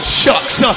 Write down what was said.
shucks